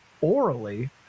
orally